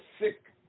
sick